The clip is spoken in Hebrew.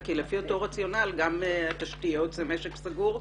כי לפי אותו רציונל גם התשתיות הן משק סגור,